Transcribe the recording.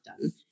done